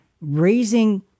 raising